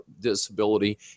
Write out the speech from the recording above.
disability